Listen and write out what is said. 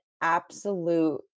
absolute